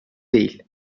değil